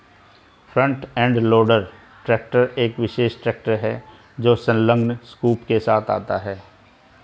front end loader tractor एक विशेष tractor है जो संलग्न स्कूप के साथ आता है